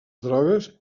drogues